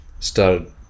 started